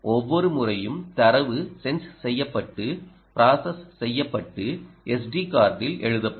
ஒவ்வொரு முறையும் தரவு சென்ஸ் செய்யப்பட்டு ப்ராசஸ் செய்யப்பட்டு எஸ்டி கார்டில் எழுதப்படும்